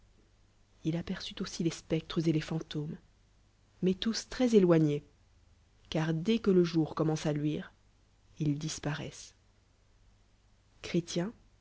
il aperçut aussi les spectres et les fantômes mais tous très éloigné car dès que le jour commence à luire ils disparaissent